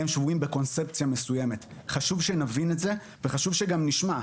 הם שרויים בקונספציה מסוימת וחשוב שנבין את זה וחשוב שגם נשמע.